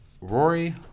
Rory